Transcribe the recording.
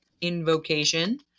invocation